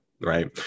right